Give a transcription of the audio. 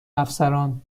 افسران